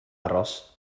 aros